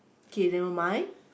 okay never mind